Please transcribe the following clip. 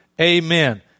Amen